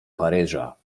paryża